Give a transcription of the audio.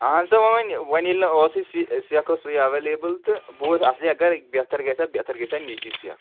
اہَن سا وۄنۍ وۄنۍ ییٚلہِ نہٕ ٲسٕے سِ سیٚکھ ٲسٕے اٮ۪ولیبٕل تہٕ بہٕ اوس اگرَے بہتر گژھہا بہتر گژھہا نِچی سیٚکھ